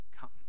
Come